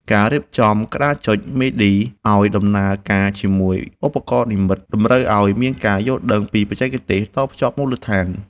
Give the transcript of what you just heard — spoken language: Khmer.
ការរៀបចំក្តារចុចមីឌីឱ្យដំណើរការជាមួយឧបករណ៍និម្មិតតម្រូវឱ្យមានការយល់ដឹងពីបច្ចេកទេសតភ្ជាប់មូលដ្ឋាន។